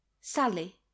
Sally